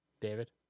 David